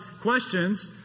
questions